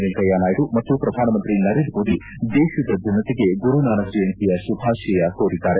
ವೆಂಕಯ್ಯ ನಾಯ್ಡು ಮತ್ತು ಪ್ರಧಾನಮಂತ್ರಿ ನರೇಂದ್ರ ಮೋದಿ ದೇಶದ ಜನತೆಗೆ ಗುರುನಾನಕ್ ಜಯಂತಿಯ ಶುಭಾಶಯ ಕೋರಿದ್ದಾರೆ